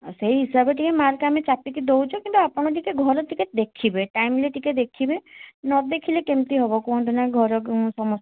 ଆ ସେହିଁ ହିସାବରେ ଟିକିଏ ମାର୍କ ଆମେ ଚାପିକି ଦେଉଛୁ କିନ୍ତୁ ଆପଣ ଟିକିଏ ଘରେ ଟିକିଏ ଦେଖିବେ ଟାଇମ୍ଲି ଟିକିଏ ଦେଖିବେ ନଦେଖିଲେ କେମିତି ହେବ କୁହନ୍ତୁନା ଘରକୁ ସମ